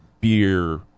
beer